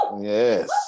Yes